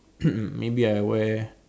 maybe I wear